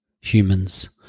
humans